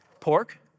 Pork